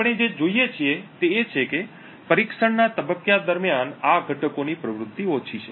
આપણે જે જોઈએ છીએ તે એ છે કે પરીક્ષણના તબક્કા દરમિયાન આ ઘટકોની પ્રવૃત્તિ ઓછી છે